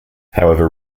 however